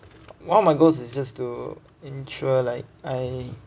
one of my goals is just to ensure like I